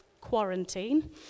quarantine